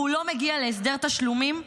לדוגמה, והוא לא מגיע להסדר תשלומים,